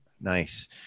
Nice